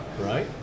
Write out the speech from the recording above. Right